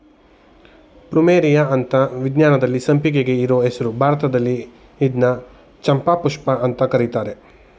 plumeria ಅಂತ ವಿಜ್ಞಾನದಲ್ಲಿ ಸಂಪಿಗೆಗೆ ಇರೋ ಹೆಸ್ರು ಭಾರತದಲ್ಲಿ ಇದ್ನ ಚಂಪಾಪುಷ್ಪ ಅಂತ ಕರೀತರೆ